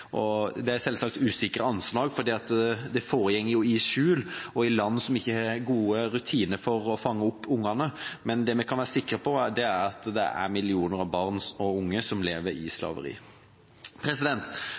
og i land som ikke har gode rutiner for å fange opp barna, men det vi kan være sikre på, er at det er millioner av barn og unge som lever i